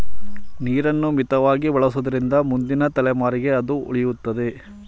ನೀರನ್ನು ಮಿತವಾಗಿ ಬಳಸುವುದರಿಂದ ಮುಂದಿನ ತಲೆಮಾರಿಗೆ ಅದು ಉಳಿಯುತ್ತದೆ